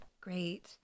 Great